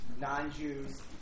non-Jews